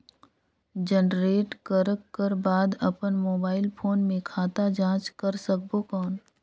Generate करक कर बाद अपन मोबाइल फोन मे खाता जांच कर सकबो कौन?